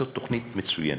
זאת תוכנית מצוינת.